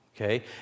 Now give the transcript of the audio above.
Okay